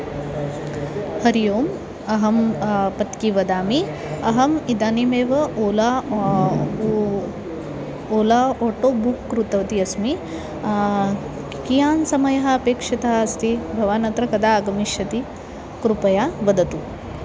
हरि ओम् अहं पत्कि वदामि अहम् इदानीमेव ओला ओ ओ ओला आटो बुक् कृतवती अस्मि कियान् समयः अपेक्षतः अस्ति भवान् अत्र कदा आगमिष्यति कृपया वदतु